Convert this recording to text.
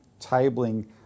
tabling